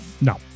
No